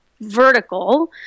vertical